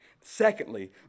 Secondly